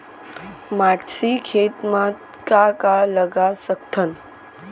मटासी खेत म का का लगा सकथन?